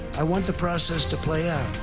i want the process to play out.